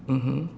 mmhmm